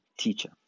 teacher